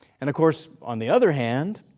and of course on the other hand,